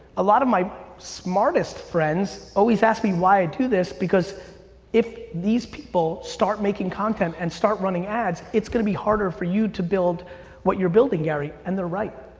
a lot of my smartest friends always ask me why i do this because if these people start making content and start running ads, it's gonna be harder for you to build what you're building, gary, and they're right.